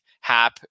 Hap